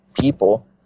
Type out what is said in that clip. people